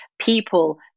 people